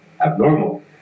abnormal